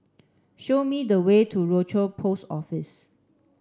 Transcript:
show me the way to Rochor Post Office